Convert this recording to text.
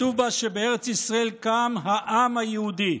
כתוב בה שבארץ ישראל קם העם היהודי,